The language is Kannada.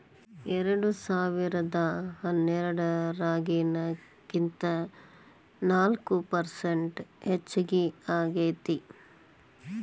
ಎರೆಡಸಾವಿರದಾ ಹನ್ನೆರಡರಾಗಿನಕಿಂತ ನಾಕ ಪರಸೆಂಟ್ ಹೆಚಗಿ ಆಗೇತಿ